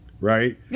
right